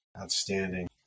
Outstanding